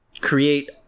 create